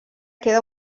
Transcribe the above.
queda